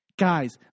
Guys